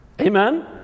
Amen